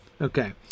Okay